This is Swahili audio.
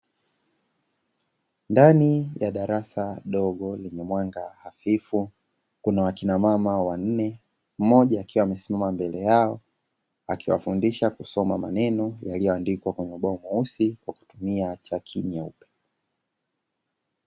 Ndani ya darasa dogo lenye mwanga hafifu kuna wakina mama wanne, mmoja akiwa amesimama mbele yao akiwafundisha kusoma maneno yaliyoandikwa kwenye ubao mweusi na kutumia chaki nyeupe.